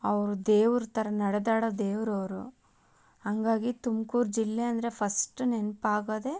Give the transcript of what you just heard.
ಅವರು ದೇವ್ರ ಥರ ನಡೆದಾಡೋ ದೇವ್ರವರು ಹಂಗಾಗಿ ತುಮ್ಕೂರು ಜಿಲ್ಲೆ ಅಂದರೆ ಫಸ್ಟ್ ನೆನಪಾಗೋದೆ